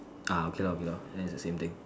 ah okay lah okay lah that is the same thing